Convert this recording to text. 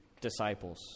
disciples